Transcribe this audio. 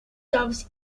doves